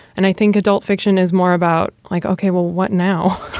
and i think adult fiction is more about like, okay, well, what now?